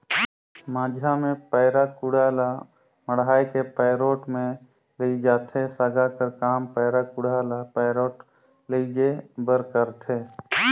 माझा मे पैरा कुढ़ा ल मढ़ाए के पैरोठ मे लेइजथे, सागा कर काम पैरा कुढ़ा ल पैरोठ लेइजे बर करथे